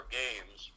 games